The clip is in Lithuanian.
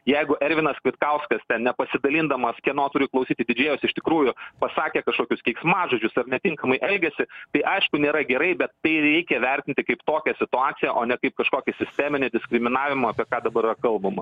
jeigu ervinas kvitkauskas nepasidalindamas kieno turiu klausyti tai vėjosi iš tikrųjų pasakė kažkokius keiksmažodžius ar netinkamai elgėsi tai aišku nėra gerai bet tai reikia vertinti kaip tokią situaciją o ne kaip kažkokį sisteminį diskriminavimo apie ką dabar yra kalbama